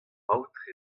paotr